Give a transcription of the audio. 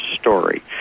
story